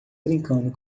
brincando